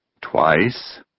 Twice